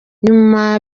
nyuma